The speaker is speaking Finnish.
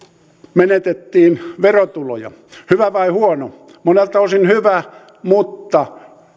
menetettiin verotuloja hyvä vai huono monelta osin hyvä mutta